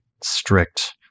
strict